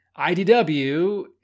IDW